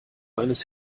eines